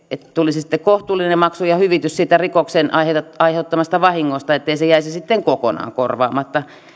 että tulisi sitten kohtuullinen maksu ja hyvitys siitä rikoksen ai heuttamasta vahingosta ettei se jäisi sitten kokonaan korvaamatta